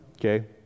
Okay